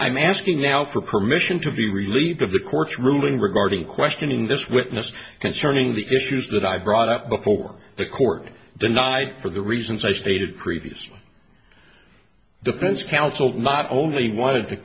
i'm asking now for permission to be relieved of the court's ruling regarding questioning this witness concerning the issues that i brought up before the court denied for the reasons i stated previously defense counsel not only wanted to